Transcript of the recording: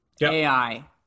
AI